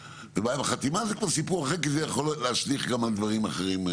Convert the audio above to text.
הבעיה עם החתימה זה סיפור אחר כי זה עלול להשליך גם על דברים אחרים.